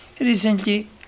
Recently